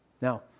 Now